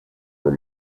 were